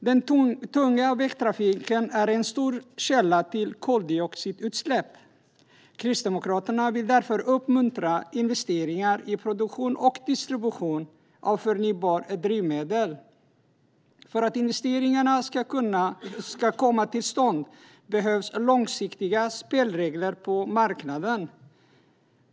Den tunga vägtrafiken är en stor källa till koldioxidutsläpp. Kristdemokraterna vill därför uppmuntra investeringar i produktion och distribution av förnybara drivmedel. För att investeringarna ska komma till stånd behövs långsiktiga spelregler på marknaden.